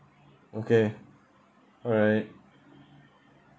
okay alright